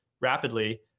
rapidly